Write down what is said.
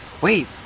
Wait